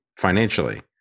financially